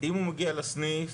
אם הוא מגיע לסניף